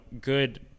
good